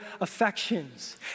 affections